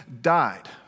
died